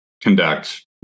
conduct